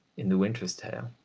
in the winter's tale,